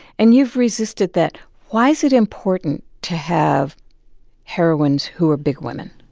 and you've resisted that. why is it important to have heroines who are big women?